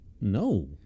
No